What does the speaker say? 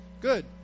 Good